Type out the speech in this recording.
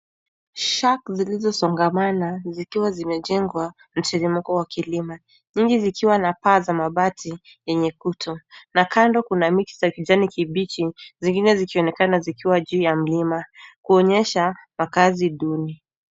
Shacks zilizosongamana zikiwa zimejengwa mteremko wa kilima. Nyingi zikiwa na paa za mabati yenye kutu. Na kando kuna miti za kijani kibichi zingine zikionekana zikiwa juu ya mlima, kuonyesha makazi duni.